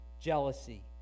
jealousy